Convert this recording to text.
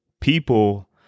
people